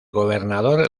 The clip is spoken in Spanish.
gobernador